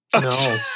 No